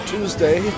Tuesday